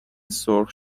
سرخ